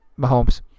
Mahomes